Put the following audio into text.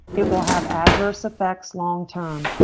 it will have adverse effects. long term.